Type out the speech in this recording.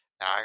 now